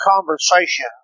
conversation